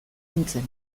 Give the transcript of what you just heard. nintzen